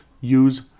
Use